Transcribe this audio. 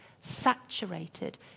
saturated